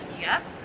Yes